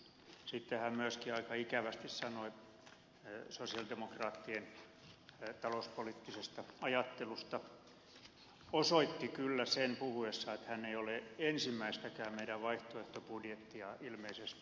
sitten hän myöskin aika ikävästi sanoi sosialidemokraattien talouspoliittisesta ajattelusta osoitti kyllä sen puhuessaan että hän ei ole ensimmäistäkään meidän vaihtoehtobudjettiamme ilmeisesti lukenut